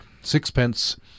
Sixpence